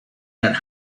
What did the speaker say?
that